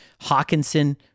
Hawkinson